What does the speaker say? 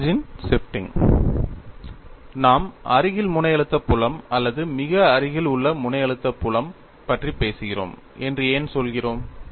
origin shifting நாம் அருகில் முனை அழுத்த புலம் அல்லது மிக அருகில் உள்ள முனை அழுத்த புலம் பற்றி பேசுகிறோம் என்று ஏன் சொல்கிறோம்